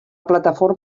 plataforma